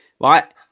right